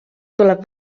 tuleb